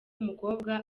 umukobwa